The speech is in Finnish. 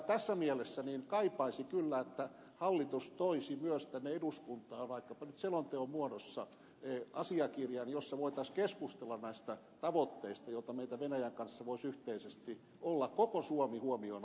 tässä mielessä kaipaisi kyllä että hallitus toisi myös tänne eduskuntaan vaikkapa nyt selonteon muodossa asiakirjan jossa voitaisiin keskustella näistä tavoitteista joita meillä venäjän kanssa voisi yhteisesti olla koko suomi huomioon ottaen